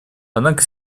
однако